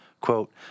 Quote